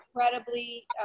incredibly